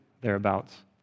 thereabouts